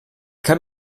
kann